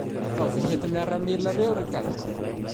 Ataovy hety Miaramila reo rikahe!